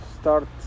start